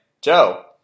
Joe